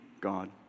God